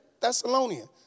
Thessalonians